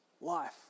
life